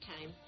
time